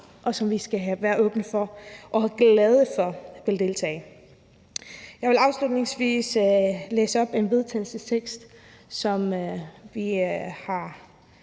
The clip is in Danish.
og som vi skal være åbne for og være glade for vil deltage. Jeg vil afslutningsvis læse en vedtagelsestekst op, som vi har